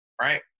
right